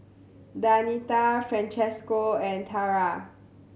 Danita Francesco and Tarah